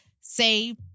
Say